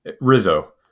Rizzo